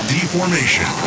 Deformation